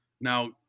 Now